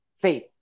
faith